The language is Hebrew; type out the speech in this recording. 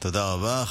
תודה רבה.